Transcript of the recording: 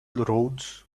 roads